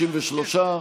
53,